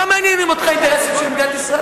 לא מעניינים אותך האינטרסים של מדינת ישראל,